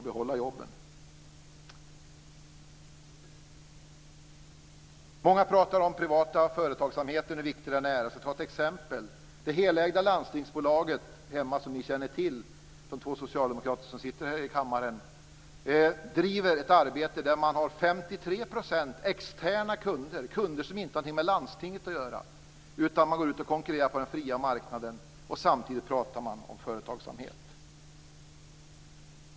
Många pratar om hur viktig den privata företagsamheten är. Låt mig ta ett exempel. Det helägda Landstingsbolaget - som de två närvarande socialdemokraterna i kammaren känner till - driver ett arbete med 53 % externa kunder. Det är kunder som inte har med landstinget att göra. Bolaget är ute och konkurrerar på den fria marknaden - samtidigt pratar man om företagsamhet.